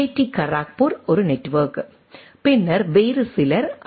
D Kharagpur ஒரு network பின்னர் வேறு சிலர் ஐ